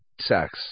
sex